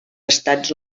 estats